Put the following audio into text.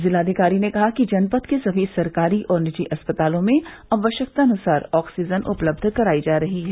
जिलाधिकारी ने कहा कि जनपद के सभी सरकारी और निजी अस्पतालों में आवश्यकतानुसार ऑक्सीजन उपलब्ध करायी जा रही है